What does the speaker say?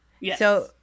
Yes